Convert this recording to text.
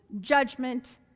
judgment